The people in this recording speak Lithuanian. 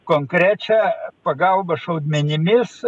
konkrečią pagalbą šaudmenimis